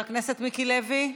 חבר הכנסת מיקי לוי?